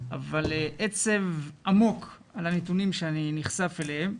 אבל עצב עמוק על הנתונים שאני נחשף אליהם.